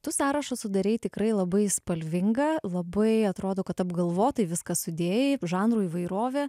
tu sąrašą sudarei tikrai labai spalvingą labai atrodo kad apgalvotai viską sudėjai žanrų įvairovė